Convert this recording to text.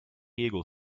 eagle